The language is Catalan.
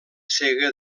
cega